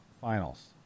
finals